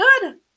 good